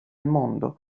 mondo